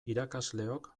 irakasleok